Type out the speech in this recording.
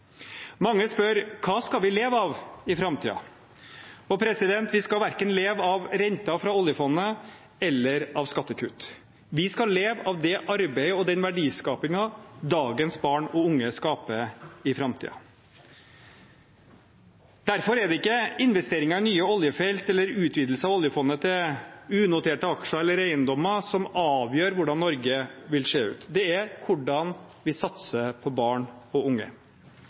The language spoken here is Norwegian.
Mange spør: Hva skal vi leve av i framtiden? Vi skal verken leve av renter fra oljefondet eller av skattekutt. Vi skal leve av det arbeidet og den verdiskapingen dagens barn og unge skaper i framtiden. Derfor er det ikke investeringer i nye oljefelt eller utvidelse av oljefondet til unoterte aksjer eller eiendommer som avgjør hvordan Norge vil se ut, det er hvordan vi satser på barn og unge.